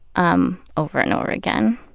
um over and over again.